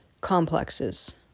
complexes